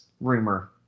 rumor